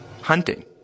hunting